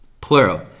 Plural